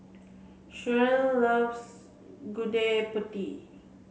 Shirl loves Gudeg Putih